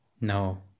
No